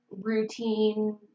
routine